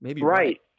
Right